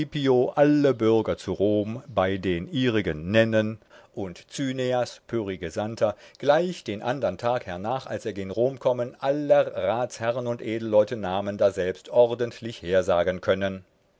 alle bürger zu rom bei den ihrigen nennen und cyneas pyrrhi gesandter gleich den andern tag hernach als er gen rom kommen aller ratsherren und edelleute namen daselbst ordentlich hersagen können